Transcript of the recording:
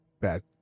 bad